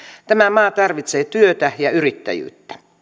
tämä maa tarvitsee työtä ja